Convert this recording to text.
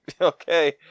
okay